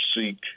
seek